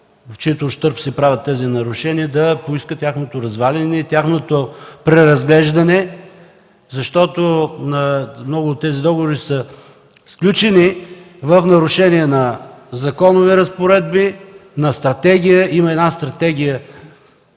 чийто ущърб се правят нарушенията, да поиска тяхното разваляне и преразглеждане, защото много от тези договори са сключени в нарушение на законови разпоредби, на стратегия.